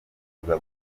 aza